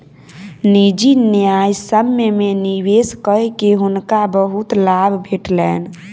निजी न्यायसम्य में निवेश कअ के हुनका बहुत लाभ भेटलैन